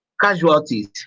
casualties